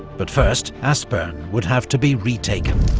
but first aspern would have to be retaken.